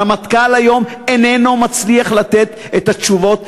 הרמטכ"ל היום איננו מצליח לתת את התשובות.